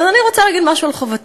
אז אני רוצה להגיד משהו על חובתנו.